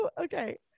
okay